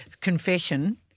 confession